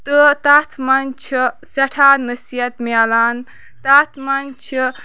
تہٕ تَتھ منٛز چھِ سٮ۪ٹھاہ نصحیت مِلان تتھ منٛز چھِ